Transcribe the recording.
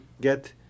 get